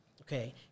Okay